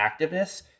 activeness